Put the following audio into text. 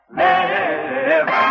live